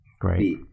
Great